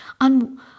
on